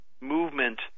movement